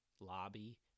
lobby